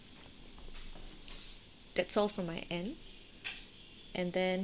that's all from my end and then